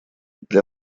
для